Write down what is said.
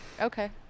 Okay